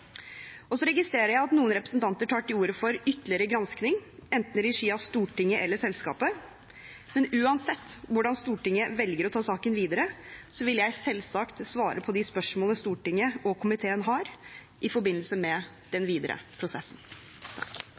Så registrerer jeg at noen representanter tar til orde for ytterligere gransking i regi av enten Stortinget eller selskapet. Uansett hvordan Stortinget velger å ta saken videre, vil jeg selvsagt svare på de spørsmål Stortinget og komiteen har i forbindelse med den videre prosessen.